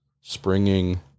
springing